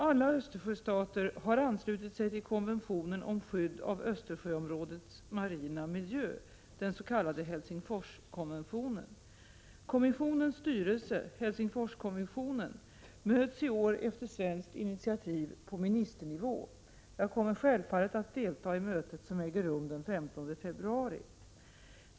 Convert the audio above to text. Alla Östersjöstater har anslutit sig till konventionen om skydd av Östersjöområdets marina miljö, den s.k. Helsingforskonventionen. Kommissionens styrelse, Helsingforskommissionen, möts i år, efter svenskt initiativ, på ministernivå. Jag kommer självfallet att delta i mötet, som äger rum den 15 februari.